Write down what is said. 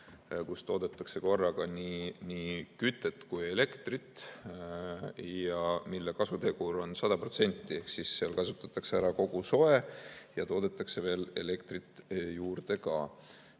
kus toodetakse korraga nii kütet kui ka elektrit ja mille kasutegur on 100% ehk seal kasutatakse ära kogu soe ja toodetakse veel elektrit juurde ka.